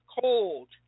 cold